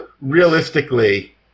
realistically